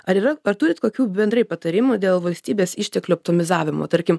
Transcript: ar yra ar turit kokių bendrai patarimų dėl valstybės išteklių optimizavimo tarkim